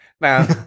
Now